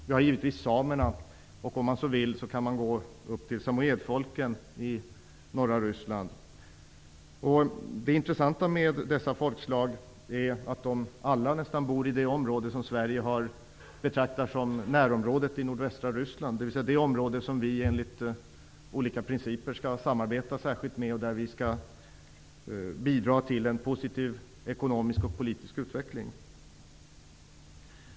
Vi har givetvis samerna, och om man så vill kan man gå upp till samojedfolken i norra Det intressanta med dessa folkslag är att de nästan alla bor i det område som Sverige betraktar som närområdet i nordvästra Ryssland, dvs. det område som vi enligt olika principer skall samarbeta särskilt med och där vi skall bidra till en positiv ekonomisk och politisk utveckling.